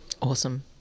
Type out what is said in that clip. Awesome